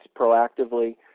proactively